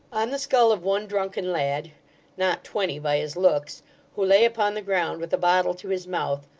on the skull of one drunken lad not twenty, by his looks who lay upon the ground with a bottle to his mouth,